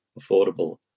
affordable